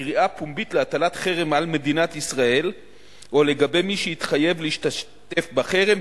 קריאה פומבית להטלת חרם על מדינת ישראל או לגבי מי שהתחייב להשתתף בחרם,